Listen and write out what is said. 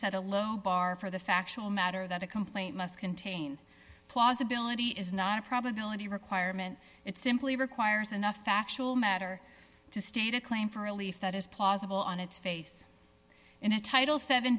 said a low bar for the factual matter that a complaint must contain plausibility is not a probability requirement it's simply requires enough factual matter to state a claim for relief that is plausible on its face in a title seven